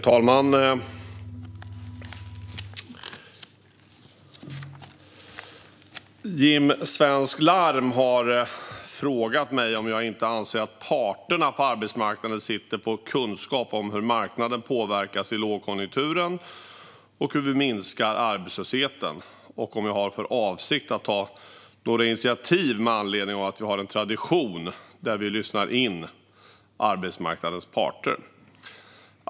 Herr talman! har frågat mig om jag inte anser att parterna på arbetsmarknaden sitter på kunskap om hur marknaden påverkas i lågkonjunkturen och hur vi minskar långtidsarbetslösheten och om jag har för avsikt att ta några initiativ med anledning av att vi har en tradition där vi lyssnar in arbetsmarknadens parter.